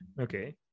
Okay